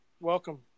welcome